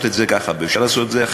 את זה ככה או אפשר לעשות את זה אחרת,